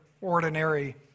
ordinary